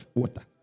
water